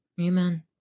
Amen